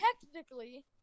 technically